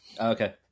Okay